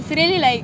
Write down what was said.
it's really like